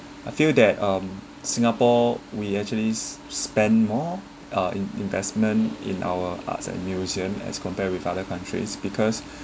I feel that um singapore we actually s~ spend more uh investment in our arts museum as compared with other countries because